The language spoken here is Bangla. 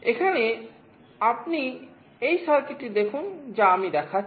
এখানে আপনি এই সার্কিটটি দেখুন যা আমি দেখাচ্ছি